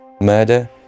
murder